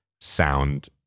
sound